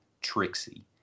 Trixie